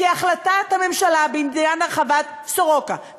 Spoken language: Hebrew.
כי החלטת הממשלה בעניין הרחבת סורוקה,